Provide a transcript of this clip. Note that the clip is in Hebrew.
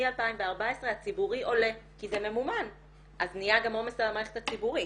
מ-2014 הציבורי עולה כי זה ממומן אז נהיה גם עומס על המערכת הציבורית.